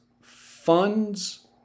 funds